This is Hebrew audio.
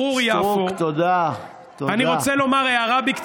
אני מרגישה שלא כל התכנים מתיישבים באופן שלם על ליבי.